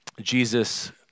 Jesus